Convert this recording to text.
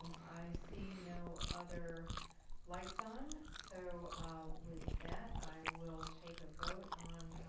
um i see no other lights on. so with that i will take a vote on